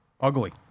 Ugly